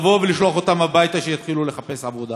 ולבוא ולשלוח אותם הביתה שיתחילו לחפש עבודה?